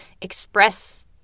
express